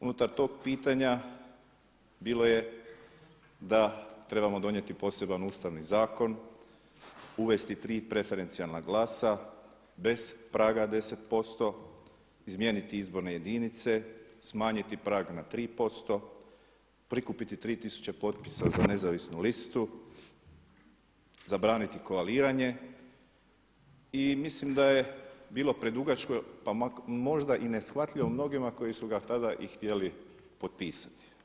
Unutar tog pitanja bilo je da trebamo donijeti posebni Ustavni zakon, uvesti tri preferencijalna glasa, bez praga 10%, iznijeti izborne jedinice, smanjiti prag na 3%, prikupiti tri tisuće potpisa za nezavisnu listu, zabraniti koaliranje i mislim da je bilo predugačko pa možda i neshvatljivo mnogima koji su ga tada i htjeli potpisati.